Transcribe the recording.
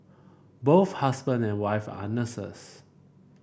both husband and wife are nurses